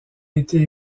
été